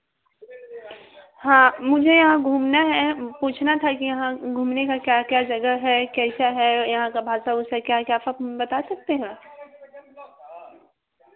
हाँ मुझे यहाँ घूमना है पूछना था कि यहाँ घूमने का क्या क्या जगह है कैसा है यहाँ का भाषा उसा क्या क्या सब बता सकते है